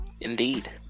Indeed